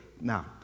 now